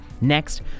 Next